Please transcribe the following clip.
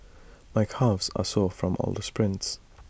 my calves are sore from all the sprints